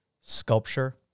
sculpture